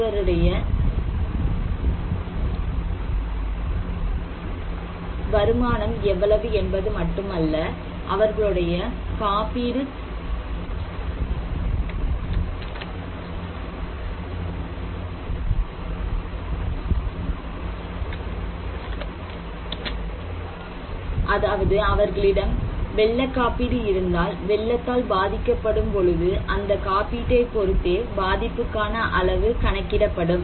ஒருவருடைய எவ்வளவு என்பது மட்டுமல்லாமல் அவர்களுடைய காப்பீடு அதாவது அவர்களிடம் வெள்ள காப்பீடு இருந்தால் வெள்ளத்தால் பாதிக்கப்படும் பொழுது அந்த காப்பீட்டை பொறுத்தே பாதிப்புக்கான அளவு கணக்கிடப்படும்